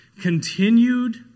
Continued